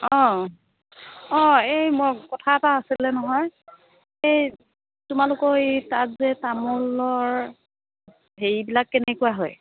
অ অ এই মই কথা এটা আছিলে নহয় এই তোমালোকৰ এই তাত যে তামোলৰ হেৰিবিলাক কেনেকুৱা হয়